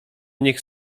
niech